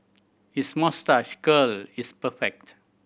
his moustache curl is perfect